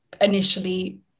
initially